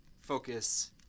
focus